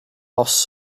whilst